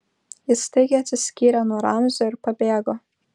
ji staigiai atsiskyrė nuo ramzio ir pabėgo